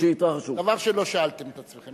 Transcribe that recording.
דבר שלא שאלתם את עצמכם,